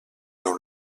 dans